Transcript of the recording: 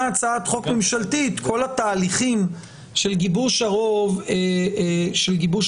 הצעת חוק ממשלתית כל התהליכים של גיבוש הרוב נמצאים.